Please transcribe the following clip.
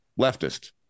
leftist